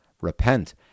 Repent